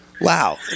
Wow